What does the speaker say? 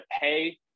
pay